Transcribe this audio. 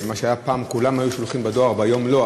מה שהיה פעם שכולם היו שולחים בדואר והיום לא,